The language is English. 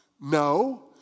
No